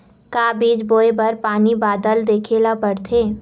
का बीज बोय बर पानी बादल देखेला पड़थे?